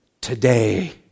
Today